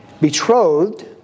betrothed